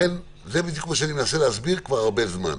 זה בדיוק מה שאני מנסה להסביר כבר הרבה זמן.